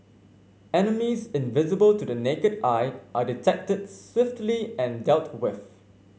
enemies invisible to the naked eye are detected swiftly and dealt with